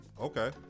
Okay